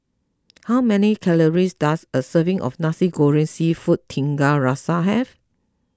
how many calories does a serving of Nasi Goreng Seafood Tiga Rasa have